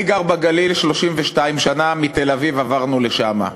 אני גר בגליל 32 שנה, מתל-אביב עברנו לשם.